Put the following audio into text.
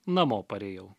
namo parėjau